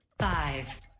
Five